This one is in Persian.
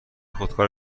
خودکار